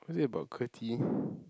was it about qwerty